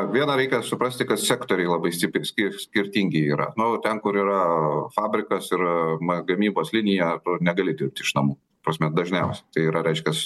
viena reikia suprasti kad sektoriai labai stipriai skir skirtingi yra nu ten kur yra fabrikas ir ma gamybos linija negali dirbt iš namų ta prasme dažniausiai tai yra reiškias